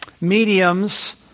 mediums